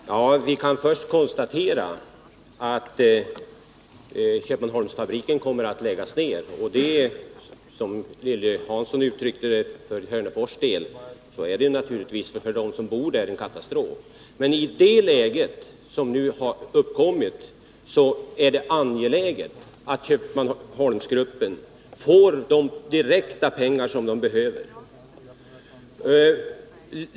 Herr talman! Jag kan börja med att konstatera att Köpmanholmsfabriken kommer att läggas ned och det är, såsom Lilly Hansson uttryckte sig beträffande Hörnefors, naturligtvis en katastrof för dem som bor där. Men i det läge som nu har uppkommit är det angeläget att Köpmanholmsgruppen får de pengar den behöver direkt.